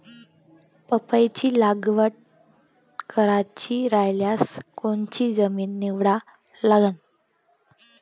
पपईची लागवड करायची रायल्यास कोनची जमीन निवडा लागन?